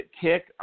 kick